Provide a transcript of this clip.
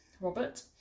robert